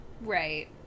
Right